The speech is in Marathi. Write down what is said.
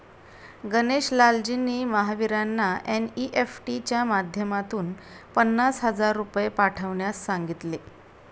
गणेश लालजींनी महावीरांना एन.ई.एफ.टी च्या माध्यमातून पन्नास हजार रुपये पाठवण्यास सांगितले